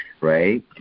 right